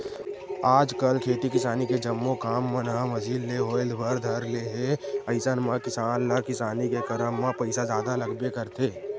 आजकल खेती किसानी के जम्मो काम मन ह मसीन ले होय बर धर ले हे अइसन म किसान ल किसानी के करब म पइसा जादा लगबे करथे